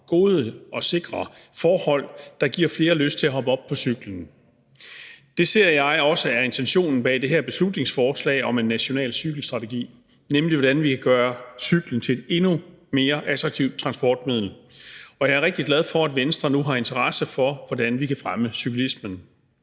gode og sikre forhold, der giver flere lyst til at hoppe op på cyklen. Det ser jeg også er intentionen bag det her beslutningsforslag om en national cykelstrategi, nemlig hvordan vi gør cyklen til et endnu mere attraktivt transportmiddel. Og jeg er rigtig glad for, at Venstre nu har interesse for, hvordan vi kan fremme cyklismen.